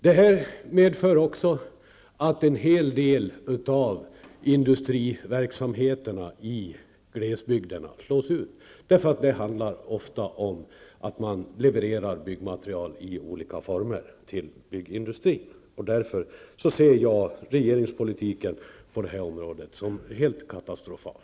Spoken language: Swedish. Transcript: Detta medför också att en hel del industriverksamhet i glesbygden slås ut. Det handlar ofta om att man levererar byggmaterial i olika former till byggindustrin. Jag ser därför regeringspolitiken på detta område som helt katastrofal.